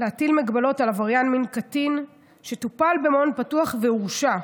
להטיל מגבלות על עבריין מין קטין שטופל במעון פתוח והורשע,